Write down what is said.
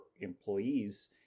employees